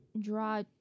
Draw